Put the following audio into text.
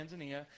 Tanzania